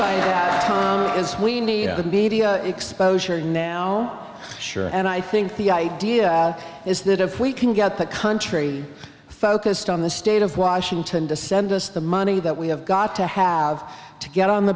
as we need exposure now sure and i think the idea is that if we can get the country focused on the state of washington to send us the money that we have got to have to get on the